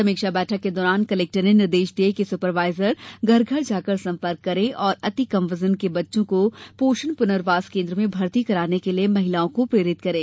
समीक्षा बैठक के दौरान कलेक्टर ने निर्देश दिए कि सुपरवाईजर घर घर जाकर संपर्क करें और अति कम बजन के बच्चों को पोषण पुर्नवास केन्द्र में भर्ती कराने के लिए महिलाओं को प्रेरित करें